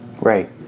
Right